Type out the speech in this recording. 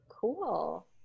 cool